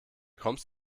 kommst